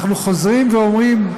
אנחנו חוזרים ואומרים: